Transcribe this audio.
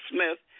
Smith